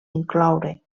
incloure